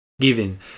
given